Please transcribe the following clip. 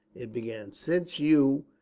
it began, since you,